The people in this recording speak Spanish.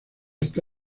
está